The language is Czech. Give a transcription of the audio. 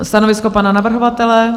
Stanovisko pana navrhovatele?